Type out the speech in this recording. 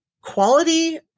quality